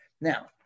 Now